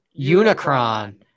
Unicron